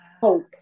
Hope